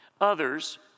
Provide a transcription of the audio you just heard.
Others